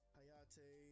Hayate